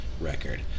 record